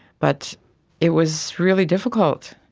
but it was really difficult.